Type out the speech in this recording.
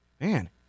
man